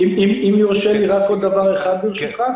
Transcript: אם יורשה לי רק עוד דבר אחד ברשותך.